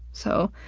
so,